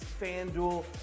FanDuel